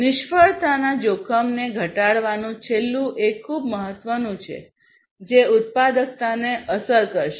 નિષ્ફળતાના જોખમને ઘટાડવાનું છેલ્લું એક ખૂબ મહત્વનું છે જે ઉત્પાદકતાને અસર કરશે